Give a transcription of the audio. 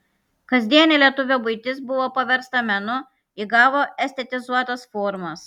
kasdienė lietuvio buitis buvo paversta menu įgavo estetizuotas formas